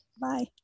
Bye